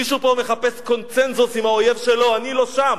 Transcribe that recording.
מישהו פה מחפש קונסנזוס עם האויב שלו, אני לא שם.